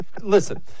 listen